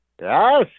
Yes